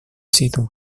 situ